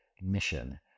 mission